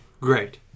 great